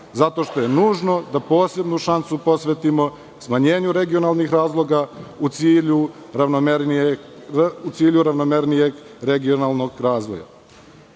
zato što je nužno da posebnu šansu posvetimo smanjenju regionalnih razloga u cilju ravnomernijeg regionalnog razvoja.